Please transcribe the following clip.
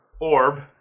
orb